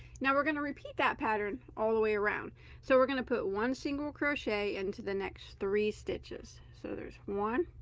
now we're going to repeat that pattern all the way around so we're going to put one single crochet into the next three stitches so there's one